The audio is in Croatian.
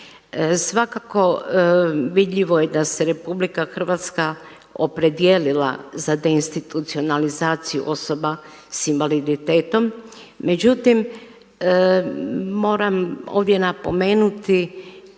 Svakako vidljivo je da se Republika Hrvatska opredijelila za deinstitucionalizaciju osoba sa invaliditetom. Međutim, moram ovdje napomenuti